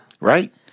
Right